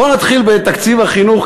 בוא נתחיל בתקציב החינוך,